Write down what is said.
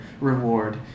reward